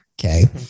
Okay